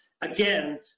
again